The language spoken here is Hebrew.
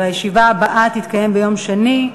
והישיבה הבאה תתקיים ביום שני,